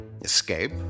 Escape